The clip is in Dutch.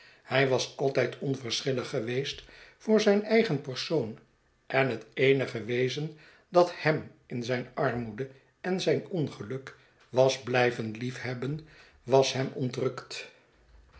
hij was altijd onverschillig geweest voor zijn eigen persoon en het ee nige wezen dat hem in zijn armoede en zijn ongeluk was blijven lief hebben was hem